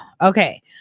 okay